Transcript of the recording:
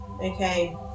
Okay